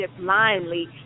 blindly